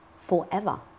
forever